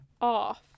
off